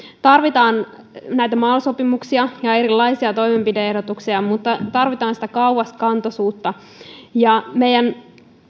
tarvitaan näitä mal sopimuksia ja erilaisia toimenpide ehdotuksia mutta tarvitaan sitä kauaskantoisuutta meidän